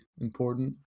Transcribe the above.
important